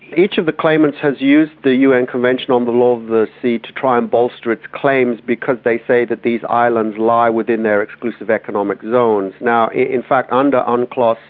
each of the claimants has used the un convention on the law of the sea to try and bolster its claims because they say that these islands lie within their exclusive economic zones. now, in fact, under unclos,